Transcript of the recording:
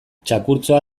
txakurtxoa